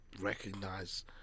recognize